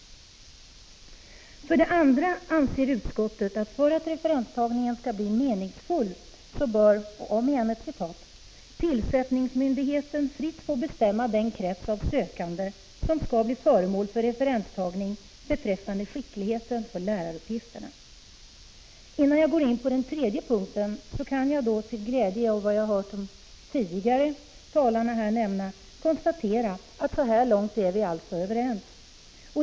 För det andra anser utskottet att för att referenstagningen skall bli meningsfull bör ”tillsättningsmyndigheten fritt få bestämma den krets av sökande som skall bli föremål för referenstagning beträffande skickligheten för läraruppgifterna”. Innan jag går in på den tredje punkten kan jag, efter att ha lyssnat på de föregående talarna, med glädje konstatera att vi så här långt är överens.